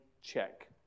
check